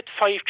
five